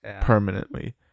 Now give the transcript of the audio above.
permanently